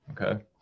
okay